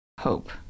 Hope